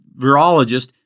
virologist